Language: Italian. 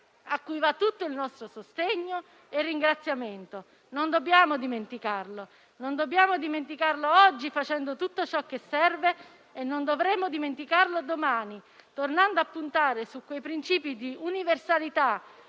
cui va tutto il nostro sostegno e ringraziamento. Non dobbiamo dimenticarlo oggi facendo tutto ciò che serve e non dovremo dimenticarlo domani, tornando a puntare su quei principi di universalità,